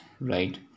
right